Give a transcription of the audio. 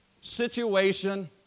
situation